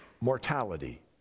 mortality